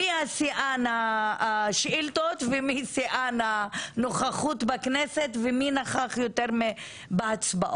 מי שיאן השאילתות ומי שיאן הנוכחות בכנסת ומי נכח יותר בהצבעות